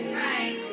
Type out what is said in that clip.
right